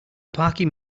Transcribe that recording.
parking